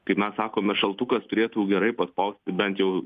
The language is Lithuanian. kaip mes sakome šaltukas turėtų gerai paspausti bent jau